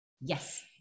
Yes